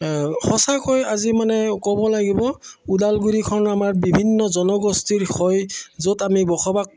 সঁচাকৈ আজি মানে ক'ব লাগিব ওদালগুৰিখন আমাৰ বিভিন্ন জনগোষ্ঠীৰ হয় য'ত আমি বসবাস